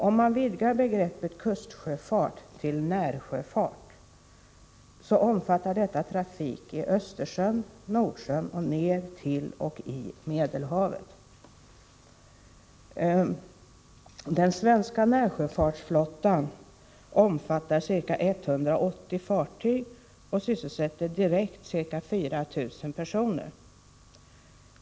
Om man vidgar begreppet kustsjöfart till närsjöfart, så omfattar det trafik i Östersjön, Nordsjön och ner till och i Medelhavet. Den svenska närsjöfartsflottan omfattar ca 180 fartyg och sysselsätter direkt ca 4 000 personer.